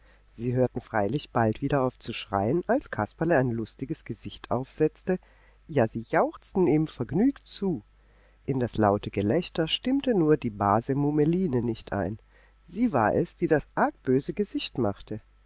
sie hörten freilich bald wieder auf zu schreien als kasperle ein lustiges gesicht aufsetzte ja sie jauchzten ihm vergnügt zu in das laute gelächter stimmte nur die base mummeline nicht ein sie war es die das arg böse gesicht machte